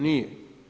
Nije.